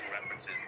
references